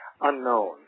unknown